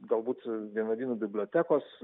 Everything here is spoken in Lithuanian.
galbūt vienuolynų bibliotekos